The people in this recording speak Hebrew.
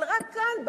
אבל רק כאן,